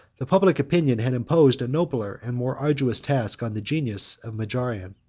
the public opinion had imposed a nobler and more arduous task on the genius of majorian.